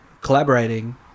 collaborating